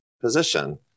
position